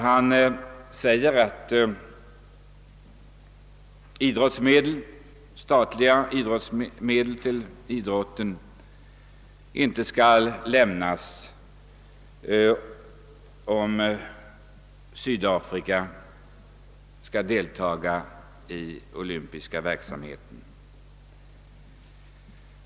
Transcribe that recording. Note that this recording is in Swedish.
Han säger att statliga medel inte skall lämnas till idrotten, om Sydafrika skall deltaga i den olympiska verksamheten.